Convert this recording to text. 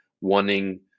wanting